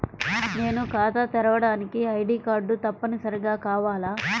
నేను ఖాతా తెరవడానికి ఐ.డీ కార్డు తప్పనిసారిగా కావాలా?